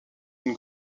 une